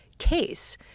case